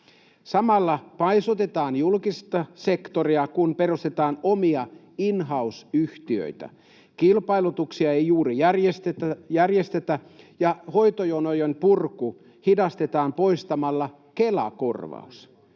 Samalla paisutetaan julkista sektoria, kun perustetaan omia in-house-yhtiöitä. Kilpailutuksia ei juuri järjestetä, ja hoitojonojen purkua hidastetaan poistamalla Kela-korvaus.